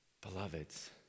Beloveds